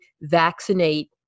vaccinate